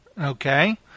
okay